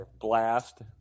blast